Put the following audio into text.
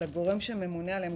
שלגורם שממונה עליהם,